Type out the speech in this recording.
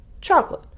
chocolate